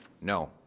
no